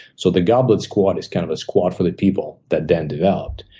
so the goblet squat is kind of a squat for the people that then developed.